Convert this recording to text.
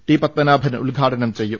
T Padmanabhan ഉദ്ഘാടനം ചെയ്യും